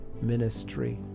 ministry